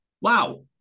wow